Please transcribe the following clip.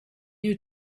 you